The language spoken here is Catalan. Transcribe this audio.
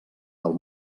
del